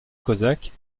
cosaques